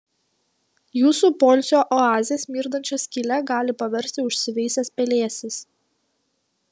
jūsų poilsio oazę smirdančia skyle gali paversti užsiveisęs pelėsis